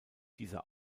dieser